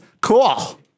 cool